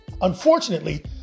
unfortunately